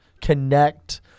connect